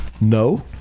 No